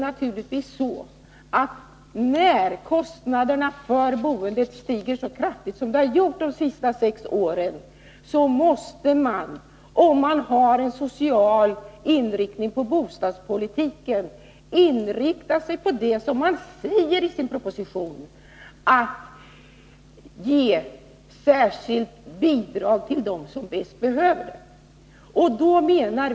När boendekostnaderna stiger så kraftigt som de har gjort de senaste sex åren, måste man — om man har en social inriktning på bostadspolitiken — förfara på det sätt som anges i propositionen, nämligen att ge särskilda bidrag till dem som bäst behöver sådana.